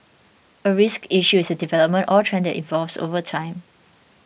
a risk issue is a development or trend that evolves over time